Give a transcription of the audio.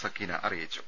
സക്കീന അറിയിച്ചു